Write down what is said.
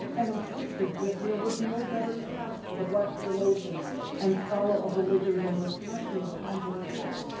and insisted that there was no better task for the black theologian and scholar of religion than reflecting upon black thought.